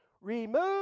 Remove